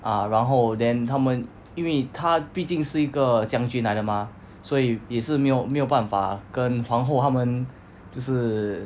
ah 然后 then 他们因为他毕竟是一个将军来的嘛所以也是没有没有办法跟皇后他们就是